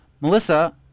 Melissa